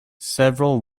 several